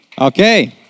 Okay